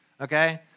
Okay